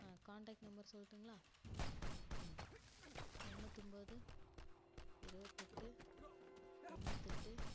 ஆ contact number சொல்லட்டுங்களா ம் தொண்ணூத்தொம்பது இருபத்தெட்டு தொண்ணூற்றெட்டு